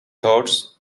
thoughts